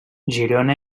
girona